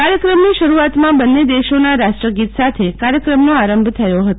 કાર્યક્રમની શરૂઆતમાં બંન્ને દેશોના રાષ્ટ્રગીત સાથે કાર્યક્રમનો આરંભ થયો હતો